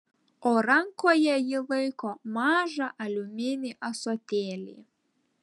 o rankoje ji laiko mažą aliuminį ąsotėlį